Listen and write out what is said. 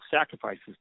sacrifices